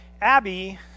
Abby